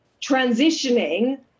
transitioning